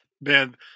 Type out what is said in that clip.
man